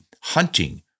hunting